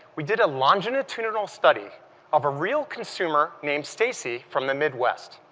we did a longitudinal study of a real consumer named stacy from the midwest.